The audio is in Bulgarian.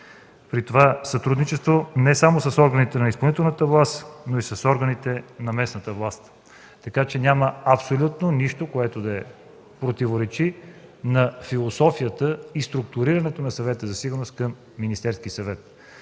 при това сътрудничество не само с органите на изпълнителната власт, но и с органите на местната власт. Така че няма абсолютно нищо, което да противоречи на философията и структурирането на Съвета за сигурност към Министерския съвет.